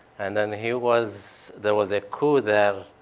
and then he was. there was a coup there.